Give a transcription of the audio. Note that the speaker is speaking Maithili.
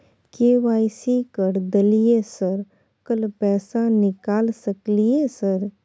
के.वाई.सी कर दलियै सर कल पैसा निकाल सकलियै सर?